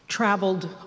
traveled